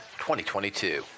2022